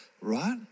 Right